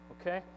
okay